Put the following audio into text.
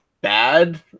bad